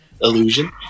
illusion